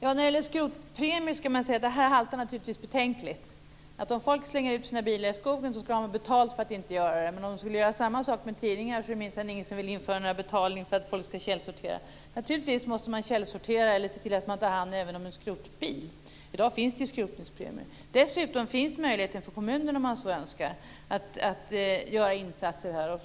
Herr talman! Frågan om skrotningspremier haltar betänkligt. Folk ska ha betalt för att inte slänga ut sina bilar i skogen, men ingen vill införa betalning för att få folk att källsortera tidningar. Naturligtvis ska man källsortera eller ta hand om en skrotbil. I dag finns skrotningspremier. Dessutom finns möjligheten för kommunen, om man så önskar, att göra insatser.